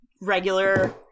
regular